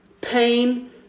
pain